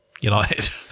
United